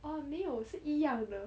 err 没有是一样的